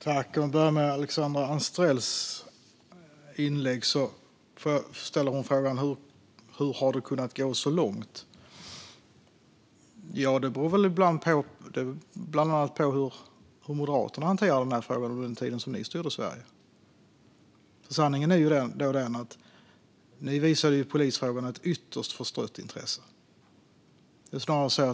Fru talman! Jag börjar med Alexandra Anstrells fråga hur det har kunnat gå så långt. Ja, det beror väl bland annat på hur ni i Moderaterna hanterade den här frågan under den tid då ni styrde Sverige. Sanningen är ju den att ni visade polisfrågorna ett ytterst förstrött intresse.